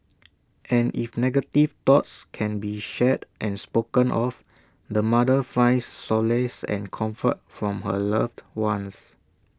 and if negative thoughts can be shared and spoken of the mother finds solace and comfort from her loved ones